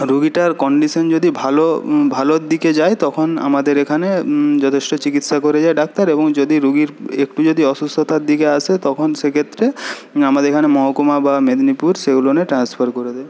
রুগীটার condition যদি ভালো ভালোর দিকে যায় তখন আমাদের এখানে যথেষ্ঠ চিকিৎসা করে যায় ডাক্তার এবং যদি রুগীর একটু যদি অসুস্থতার দিকে আসে তখন সেক্ষেত্রে আমাদের এখানে মহকুমা বা মেদিনীপুর সেগুলোতে ট্রান্সফার করে দেয়